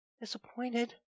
Disappointed